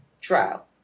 trial